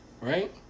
right